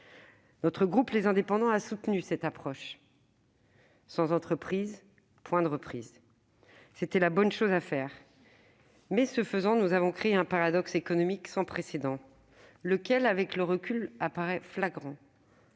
Le groupe Les Indépendants a soutenu cette approche. Sans entreprises, point de reprise ; c'était donc la bonne chose à faire. Mais, ce faisant, nous avons créé un paradoxe économique sans précédent, lequel, avec un peu de recul, apparaît flagrant.